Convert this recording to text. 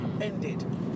ended